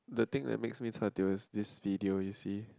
the thing that makes me chua tio is this video you see